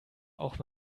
auch